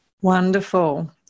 Wonderful